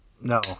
No